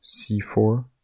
c4